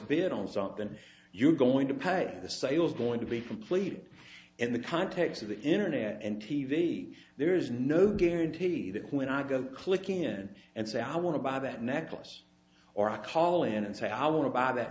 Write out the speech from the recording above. bid on something you're going to pay the sales going to be completed in the context of the internet and t v there is no guarantee that when i go clicking in and sow want to buy that necklace or i call in and say i want to buy that